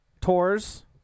Tours